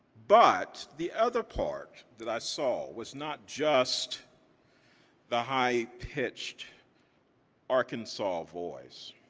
but the other part that i saw was not just the high pitched arkansas voice,